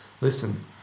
listen